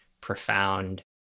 profound